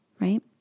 right